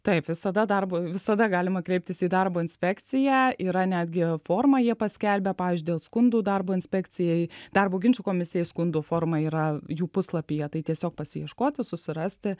taip visada darbo visada galima kreiptis į darbo inspekciją yra netgi formą jie paskelbė pavyzdžiui dėl skundų darbo inspekcijai darbo ginčų komisijai skundų forma yra jų puslapyje tai tiesiog pasiieškoti susirasti